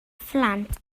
phlant